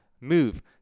move